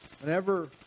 Whenever